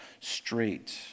straight